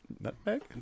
Nutmeg